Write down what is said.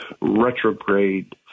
retrograde